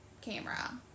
camera